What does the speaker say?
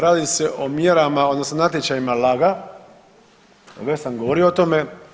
Radi se o mjerama odnosno natječajima LAG-a već sam govorio o tome.